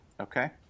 okay